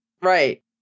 Right